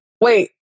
Wait